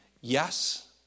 Yes